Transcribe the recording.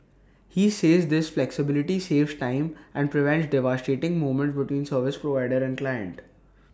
he says this flexibility saves time and prevents devastating moments between service provider and client